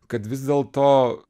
kad vis dėlto